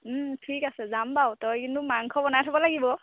ঠিক আছে যাম বাৰু তই কিন্তু মাংস বনাই থব লাগিব